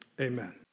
Amen